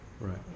right